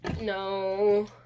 No